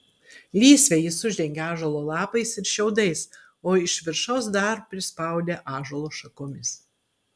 lysvę jis uždengė ąžuolo lapais ir šiaudais o iš viršaus dar prispaudė ąžuolo šakomis